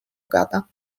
gada